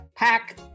pack